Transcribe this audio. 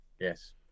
Yes